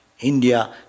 India